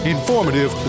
Informative